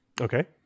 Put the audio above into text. Okay